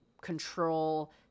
control